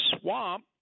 swamp